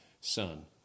son